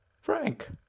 Frank